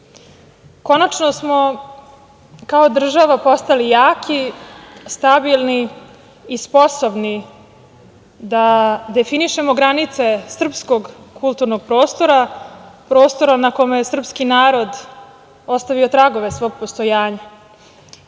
baštine. Konačno smo kao država postali jaki, stabilni i sposobni da definišemo granice srpskog kulturnog prostora, prostora na kome je srpski narod ostavio tragove svog postojanja. Mi